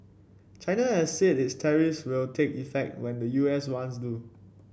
China has said its tariffs will take effect when the U S ones do